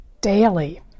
daily